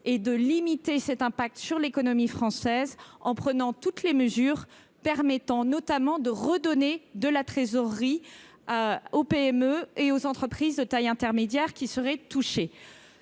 que possible cet impact sur l'économie française, en prenant toutes les mesures utiles. Nous entendons notamment redonner de la trésorerie aux PME et entreprises de taille intermédiaire qui seraient touchées.